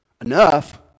Enough